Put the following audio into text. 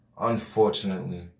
Unfortunately